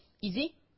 Easy